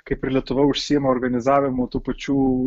kaip ir lietuva užsiima organizavimu tų pačių